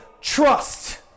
trust